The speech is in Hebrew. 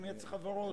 אם יהיה צורך בעוד,